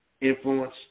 Influence